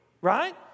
right